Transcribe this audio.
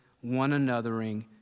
one-anothering